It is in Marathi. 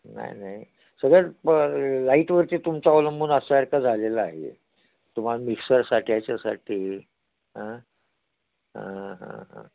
नाही नाही लाईटवरचे तुमचं अवलंबून झालेलं आहे तुम्हाला मिक्सरसाठी याच्यासाठी हं हं हं